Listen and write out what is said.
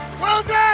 Wilson